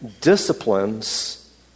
disciplines